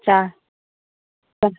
चा च